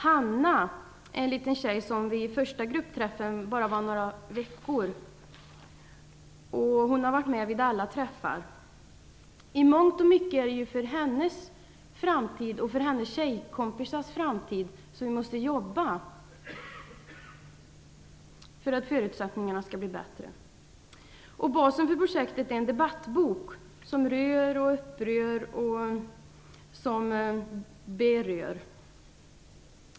Hanna är en liten tjej som vid första gruppträffen bara var några veckor. Hon har varit med vid alla träffar. I mångt och mycket är det för hennes framtid och för hennes tjejkompisars framtid som vi måste jobba, för att deras förutsättningar skall bli bättre. Basen för projektet är en debattbok, som rör, upprör och berör.